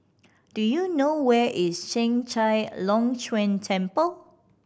do you know where is Chek Chai Long Chuen Temple